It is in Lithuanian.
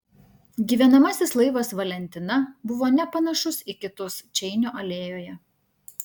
gyvenamasis laivas valentina buvo nepanašus į kitus čeinio alėjoje